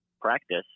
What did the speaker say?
practice